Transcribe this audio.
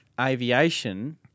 aviation